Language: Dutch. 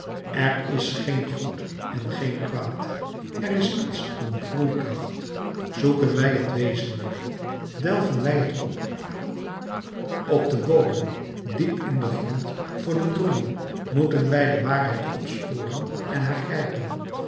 er is geen goed en geen kwaad er is niets dan groeikracht zoeken wij het wezenlijke delven wij het op op den bodem diep in den grond voor den drommel moeten wij de waarheid opsporen en haar grijpen